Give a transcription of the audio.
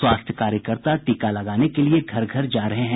स्वास्थ्य कार्यकर्ता टीका लगाने के लिए घर घर जा रहे हैं